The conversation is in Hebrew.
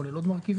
כולל עוד מרכיבים,